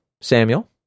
Samuel